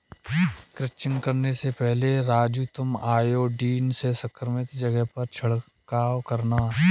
crutching करने से पहले राजू तुम आयोडीन से संक्रमित जगह पर छिड़काव करना